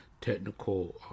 technical